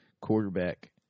quarterback